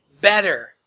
better